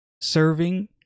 Serving